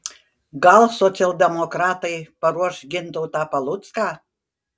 gal socialdemokratai paruoš gintautą palucką